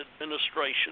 Administration